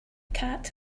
cat